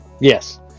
Yes